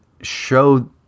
show